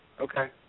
Okay